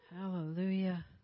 Hallelujah